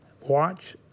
watch